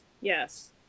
Yes